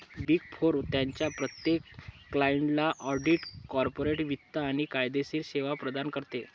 big four त्यांच्या प्रत्येक क्लायंटला ऑडिट, कॉर्पोरेट वित्त आणि कायदेशीर सेवा प्रदान करते